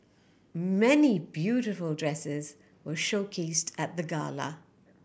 many beautiful dresses were showcased at the gala